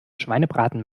schweinebraten